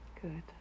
Good